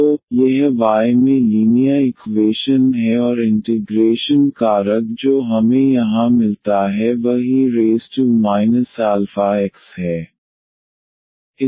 तो यह y में लीनियर इक्वेशन है और इंटिग्रेशन कारक जो हमें यहां मिलता है वह e αx है